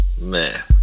Man